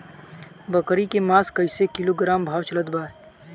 बकरी के मांस कईसे किलोग्राम भाव चलत बा?